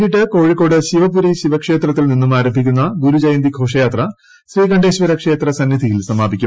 വൈകീട്ട് കോഴിക്കോട് ശിവപുരി ശിവ ക്ഷേത്രത്തിൽ നിന്നും ആരംഭിക്കുന്ന ഗുരുജയന്തി ഘോഷയാത്ര ശ്രീകണ്ഠേശ്വര ക്ഷേത്ര സന്നിധിയിൽ സമാപിക്കും